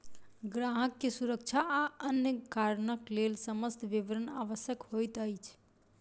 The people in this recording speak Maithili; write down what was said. ग्राहक के सुरक्षा आ अन्य कारणक लेल समस्त विवरण आवश्यक होइत अछि